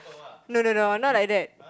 no no no I'm not like that